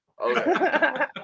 Okay